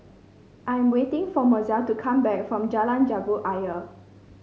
I'm waiting for Mozell to come back from Jalan Jambu Ayer